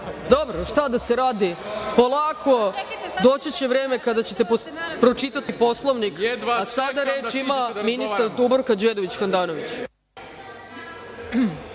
dobro šta da se radi, polako doći će vreme kada ćete pročitati Poslovnik. Sada reč ima ministar Dubravka Đedović Handanović.